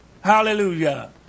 Hallelujah